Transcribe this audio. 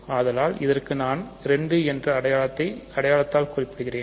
ஆதலால் இதற்கு நான் 2 என்ற அடையாளத்தால் குறிப்பிடுகிறேன்